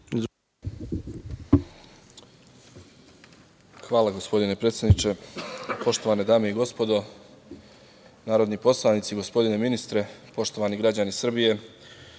Hvala, gospodine predsedniče. Poštovane dame i gospodo narodni poslanici, gospodine ministre, poštovani građani Srbije,